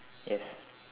yes